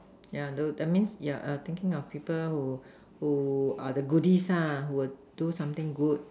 yeah dude that means yeah thinking of people who who the goodies who will do something good